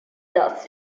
das